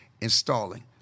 Installing